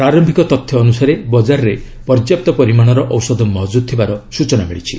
ପ୍ରାର୍ୟିକ ତଥ୍ୟ ଅନୁସାରେ ବଜାରରେ ପର୍ଯ୍ୟାପ୍ତ ପରିମାଣର ଔଷଧ ମହକୁଦ ଥିବାର ସ୍ତଚନା ମିଳିଛି